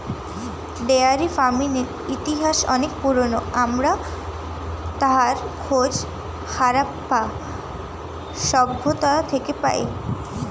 dairy ফার্মিংয়ের ইতিহাস অনেক পুরোনো, আমরা তার খোঁজ হারাপ্পা সভ্যতা থেকে পাই